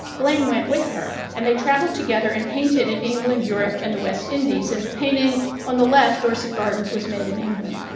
blaine went with her and they traveled together and painted in england, europe, and the west indies. in the painting on the left, dorset gardens, was made in england.